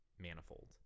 Manifold